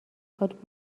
خواد